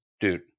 dude